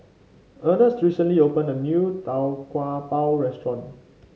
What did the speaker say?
Ernst recently opened a new Tau Kwa Pau restaurant